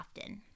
often